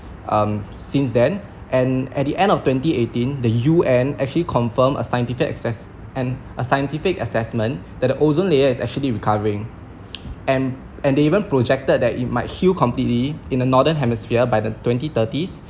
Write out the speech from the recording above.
um since then and at the end of twenty eighteen the U_N actually confirmed a scientific assess and a scientific assessment that the ozone layer is actually recovering and they even projected that it might heal completely in the northern hemisphere by the twenty thirties